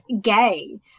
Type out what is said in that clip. gay